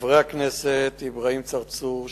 חברי הכנסת אברהים צרצור,